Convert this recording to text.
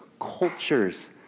Cultures